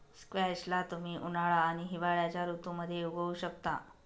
squash ला तुम्ही उन्हाळा आणि हिवाळ्याच्या ऋतूमध्ये उगवु शकता